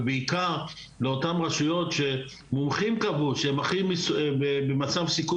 ובעיקר לאותם רשויות שמומחים קבעו שהם במצב סיכון